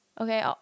okay